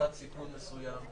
לקיחת סיכון מסוים.